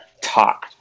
talk